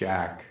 Jack